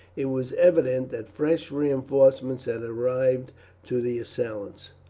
it was evident that fresh reinforcements had arrived to the assailants.